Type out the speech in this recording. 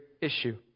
issue